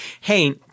Hey